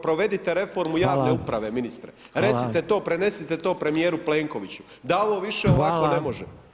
Provedite reformu javne uprave, ministre, recite to, prenesite to premijeru Plenkoviću da ovo više ovako ne može.